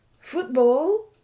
football